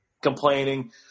complaining